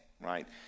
right